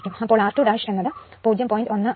അപ്പോൾ r2 എന്ന് ഉള്ളത് 0